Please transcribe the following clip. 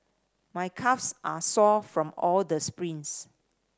my calves are sore from all the sprints